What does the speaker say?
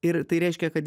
ir tai reiškia kad